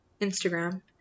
Instagram